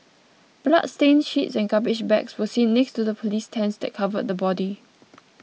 bloodstained sheets and garbage bags were seen next to the police tents that covered the body